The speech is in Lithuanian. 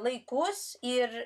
laikus ir